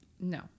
No